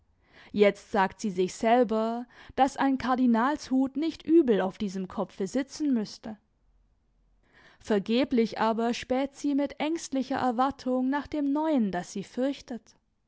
jetzt sagt sie sich selber daß ein kardinalshut nicht übel auf diesem kopfe sitzen müßte vergeblich aber späht sie mit ängstlicher erwartung nach dem neuen das sie fürchtet